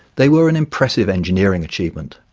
they were an impressive engineering achievement.